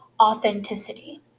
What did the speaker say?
authenticity